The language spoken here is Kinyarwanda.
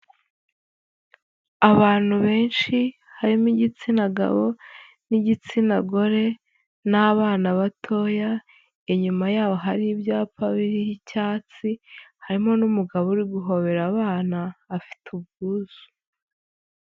Abantu benshi harimo igitsina gabo n'igitsina gore n'abana batoya, inyuma yabo hari ibyapa biriho icyatsi, harimo n'umugabo uri guhobera abana afite ubwuzu.